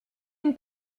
une